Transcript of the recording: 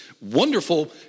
wonderful